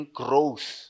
growth